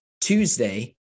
Tuesday